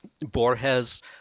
Borges